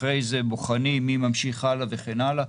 אחרי זה בוחנים מי ממשיך הלאה וכן האלה.